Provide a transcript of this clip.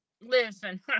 listen